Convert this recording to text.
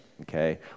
okay